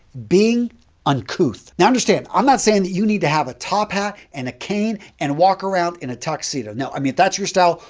being uncouth. now, understand, i'm not saying that you need to have a top hat and a cane and walk around in a tuxedo. no, i mean, if that's your style,